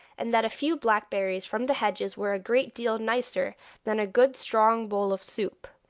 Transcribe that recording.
and that a few blackberries from the hedges were a great deal nicer than a good strong bowl of soup.